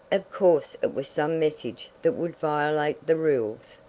of course it was some message that would violate the rules.